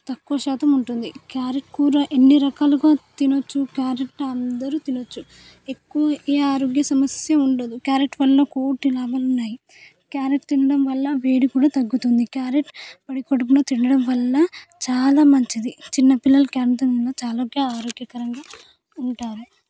తక్కువ శాతం ఉంటుంది క్యారెట్ కూర ఎన్ని రకాలుగా తినచ్చు క్యారెట్ అందరు తినచ్చు ఎక్కువ ఏ ఆరోగ్య సమస్య ఉండదు క్యారెట్ వల్ల కోటి లాభాలు ఉన్నాయి క్యారెట్ తినడం వల్ల వేడి కూడా తగ్గుతుంది క్యారెట్ పొడికడుపున తినడం వల్ల చాలా మంచిది చిన్నపిల్లలు క్యారెట్ తినడం వల్ల చాలా ఆరోగ్యకరంగా ఉంటారు